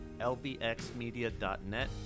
lbxmedia.net